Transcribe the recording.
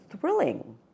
thrilling